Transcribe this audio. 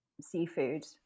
seafood